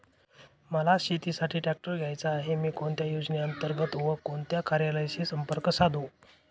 मला शेतीसाठी ट्रॅक्टर घ्यायचा आहे, मी कोणत्या योजने अंतर्गत व कोणत्या कार्यालयाशी संपर्क साधू?